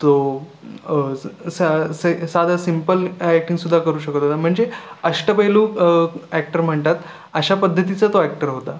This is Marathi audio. तो स् स से साधं सिंपल अॅक्टिंगसुद्धा करू शकत होता म्हणजे अष्टपैलू अॅक्टर म्हणतात अशा पद्धतीचं तो अॅक्टर होता